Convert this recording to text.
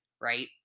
right